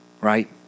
Right